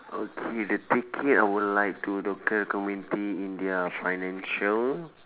okay to take care I would like the local community in their financial